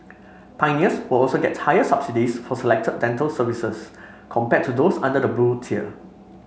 pioneers will also get higher subsidies for selected dental services compared to those under the Blue Tier